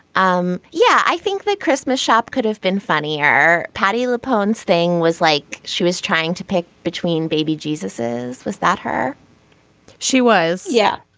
um yeah i think the christmas shop could have been funnier. patty the poems thing was like she was trying to pick between baby jesus is. was that her she was. yeah.